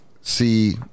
see